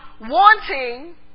wanting